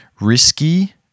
risky